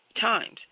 times